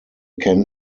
can